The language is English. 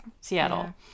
Seattle